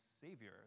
Savior